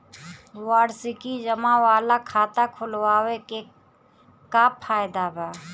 वार्षिकी जमा वाला खाता खोलवावे के का फायदा बा?